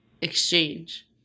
exchange